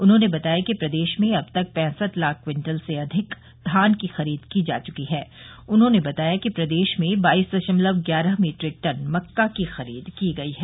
उन्होंने बताया कि प्रदेश में अब तक पैंसठ लाख कृन्टल से अधिक धान की खरीद की जा चुकी है उन्होंने बताया कि प्रदेश में बाईस दशमलव ग्यारह मीट्रिक टन मक्का की खरीद की गई है